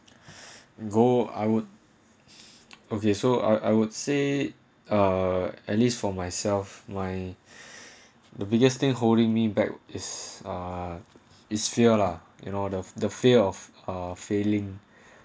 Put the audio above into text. go I would okay so I I would say ah at least for myself my the biggest thing holding me back is ah is fear lah in order of the fear of failing